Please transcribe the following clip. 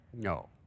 No